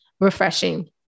refreshing